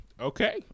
Okay